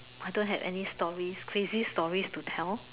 I don't have any stories crazy stories to tell